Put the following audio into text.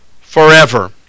forever